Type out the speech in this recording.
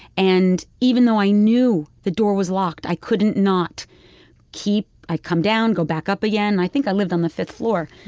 and even though i knew the door was locked, i couldn't not keep i'd come down, go back up again. and i think i lived on the fifth floor.